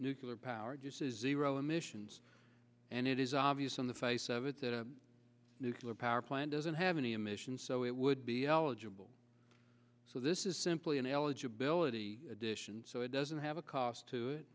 nuclear powered uses zero emissions and it is obvious on the face of it that a nuclear power plant doesn't have any emissions so it would be eligible so this is simply an eligibility addition so it doesn't have a cost to it